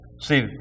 See